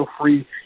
free